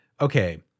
okay